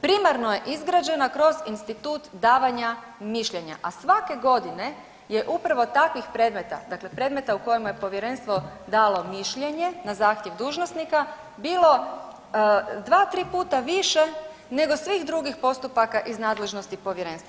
Primarno je izgrađena kroz institut davanja mišljenja, a svake godine je upravo takvih predmeta, dakle predmeta u kojima je povjerenstvo dalo mišljenje na zahtjev dužnosnika bilo 2-3 puta više nego svih drugih postupaka iz nadležnosti povjerenstva.